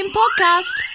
podcast